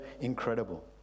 incredible